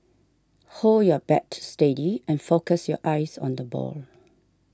hold your bat steady and focus your eyes on the ball